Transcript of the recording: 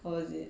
how was it